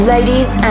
Ladies